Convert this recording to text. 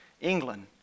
England